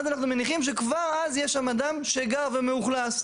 אז אנחנו מניחים שכבר אז יש שם אדם שגר ומאוכלס.